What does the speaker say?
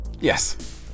Yes